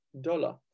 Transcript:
dollar